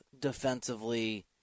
defensively